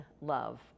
love